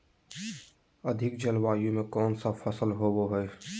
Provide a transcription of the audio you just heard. अधिक जलवायु में कौन फसल होबो है?